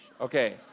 okay